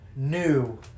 New